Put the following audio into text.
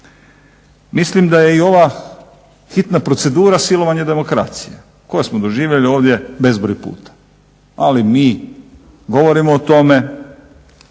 Mislim da je i ova hitna procedura silovanje demokracije koju smo doživjeli ovdje bezbroj puta. Ali mi govorimo o tome,